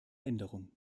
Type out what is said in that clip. änderung